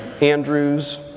Andrews